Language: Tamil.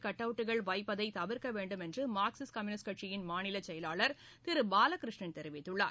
கட் அவுட்கள் வைப்பதை தவிா்க்க வேண்டுமென்று மாா்க்சிஸ்ட் கம்யுனிஸ்ட் கட்சியின் மாநில செயலாளர் திரு பாலகிருஷ்ணன் தெரிவித்துள்ளார்